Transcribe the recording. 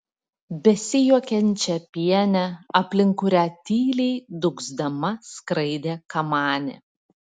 besijuokiančią pienę aplink kurią tyliai dūgzdama skraidė kamanė